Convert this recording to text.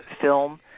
film